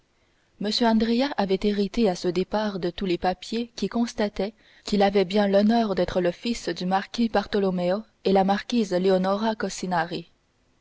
m andrea avait hérité à ce départ de tous les papiers qui constataient qu'il avait bien l'honneur d'être le fils du marquis bartolomeo et la marquise leonora